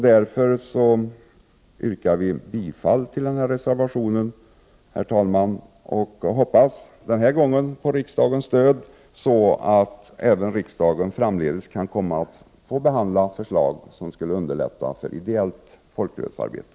Därför yrkar jag bifall till reservationen, herr talman, och hoppas att vi den här gången får riksdagens stöd och att riksdagen även framdeles välvilligt behandlar förslag som går ut på att underlätta för ideellt folkrörelsearbete.